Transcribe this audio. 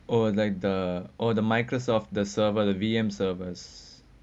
oh like the or the Microsoft the server the V_M servers